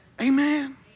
Amen